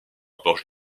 porche